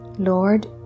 lord